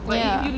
ya